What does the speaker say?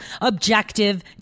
objective